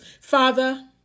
Father